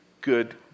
good